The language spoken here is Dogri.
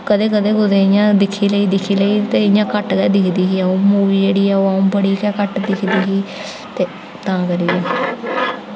कदें कदें कुदै दिक्खी लेई दिक्खी लेई ते इ'यां घट्ट गै दिक्खदी ही अ'ऊं ते ओह् अ'ऊं घट्ट गै दिक्खदी ही ते तां करियै